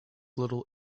little